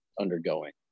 undergoing